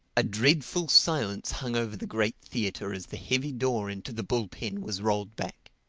a dreadful silence hung over the great theatre as the heavy door into the bull pen was rolled back.